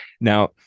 Now